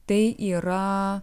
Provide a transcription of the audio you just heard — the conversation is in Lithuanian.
tai yra